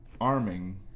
arming